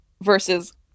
versus